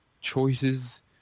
choices